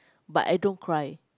but I don't cry